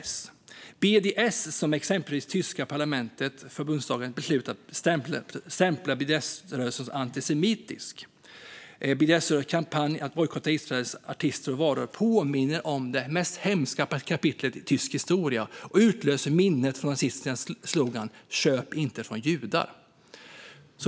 Förbundsdagen, det tyska parlamentet, har beslutat att stämpla BDS-rörelsen som antisemitisk. BDS-rörelsens kampanj att bojkotta Israels artister och varor påminner om det mest hemska kapitlet i tysk historia och utlöser minnet från nazisternas slogan: Köp inte från judar!